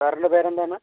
സാറിൻ്റെ പേരെന്താണ്